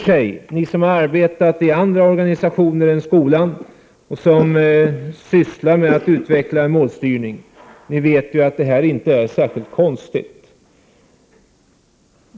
Ni som har arbetat i andra organisationer än skolan där en målstyrning utvecklas vet att detta inte är särskilt konstigt.